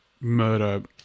murder